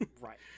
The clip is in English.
Right